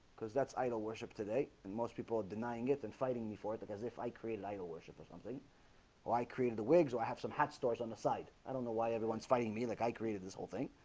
because that's i don't worship today and most people are denying it and fighting me for it because if i created idol worship or something or i created the wigs, or i have some hat stores on the side i don't know. why everyone is fighting me like i created this whole thing